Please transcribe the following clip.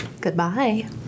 Goodbye